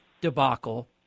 debacle